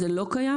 זה לא קיים.